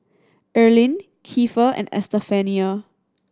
Earline Kiefer and Estefania